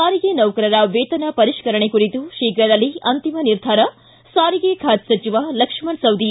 ಸಾಸಾರಿಗೆ ನೌಕರರ ವೇತನ ಪರಿಷ್ಕರಣೆ ಕುರಿತು ಶೀಪ್ರದಲ್ಲೇ ಅಂತಿಮ ನಿರ್ಧಾರ ಸಾರಿಗೆ ಖಾತೆ ಸಚಿವ ಲಕ್ಷ್ಮಣ ಸವದಿ